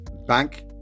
bank